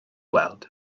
weld